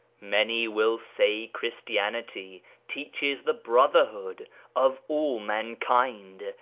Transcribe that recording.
many will say christianity teaches the brotherhood of all mankind,